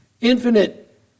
infinite